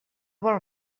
vol